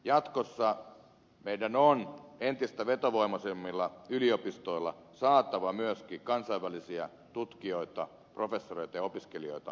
jatkossa meidän on entistä vetovoimaisemmilla yliopistoilla saatava myöskin kansainvälisiä tutkijoita professoreita ja opiskelijoita suomalaisiin yliopistoihin